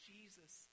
Jesus